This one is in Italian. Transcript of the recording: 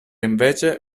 invece